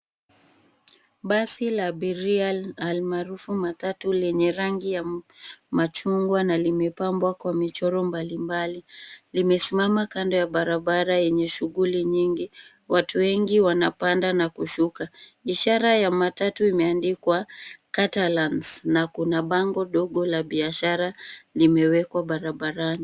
Basi la abiria almaarufu matatu lenye rangi ya machungwa na limepambwa kwa michoro mbalimbali. Limesimama kando ya barabara yenye shughuli nyingi. Watu wengi wanapanda na kushuka. Ishara ya matatu imeandikwa, catalans, na kuna bango ndogo la biashara limewekwa barabarani.